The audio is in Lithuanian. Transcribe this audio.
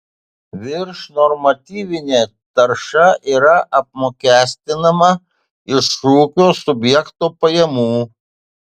viršnormatyvinė tarša yra apmokestinama iš ūkio subjekto pajamų